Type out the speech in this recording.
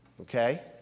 Okay